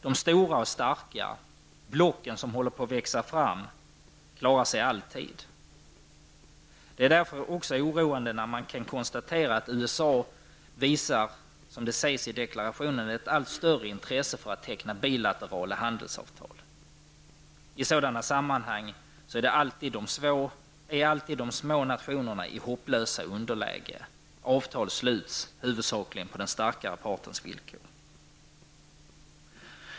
De stora och starka block som håller på att växa fram klarar sig alltid. Därför är det också oroande när man i deklarationen konstaterar att USA visar ett allt större intresse att teckna bilaterala handelsavtal. I sådana sammanhang kommer alltid de små nationerna i hopplösa underlägen. Avtalen sluts huvudsakligen på den starkare partens villkor.